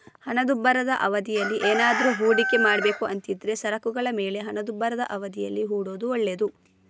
ಹಣದುಬ್ಬರದ ಅವಧಿಯಲ್ಲಿ ಏನಾದ್ರೂ ಹೂಡಿಕೆ ಮಾಡ್ಬೇಕು ಅಂತಿದ್ರೆ ಸರಕುಗಳ ಮೇಲೆ ಹಣದುಬ್ಬರದ ಅವಧಿಯಲ್ಲಿ ಹೂಡೋದು ಒಳ್ಳೇದು